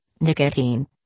nicotine